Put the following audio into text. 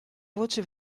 voce